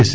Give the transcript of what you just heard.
yes